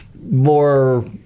more